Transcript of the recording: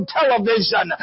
television